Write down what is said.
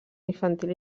infantil